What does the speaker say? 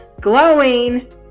glowing